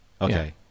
Okay